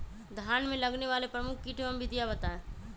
धान में लगने वाले प्रमुख कीट एवं विधियां बताएं?